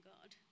God